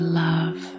love